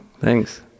Thanks